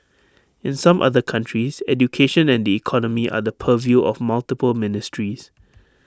in some other countries education and the economy are the purview of multiple ministries